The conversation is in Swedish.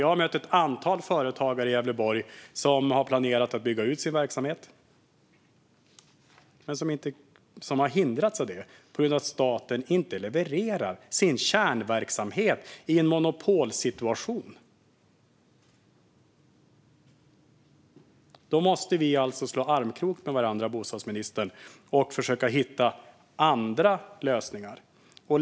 Jag har mött ett antal företagare i Gävleborg som hade planerat att bygga ut sin verksamhet men som hindrats att göra det på grund av att staten inte levererar sin kärnverksamhet i en monopolsituation. Då måste vi, bostadsministern, ta varandra i armkrok och försöka hitta andra lösningar.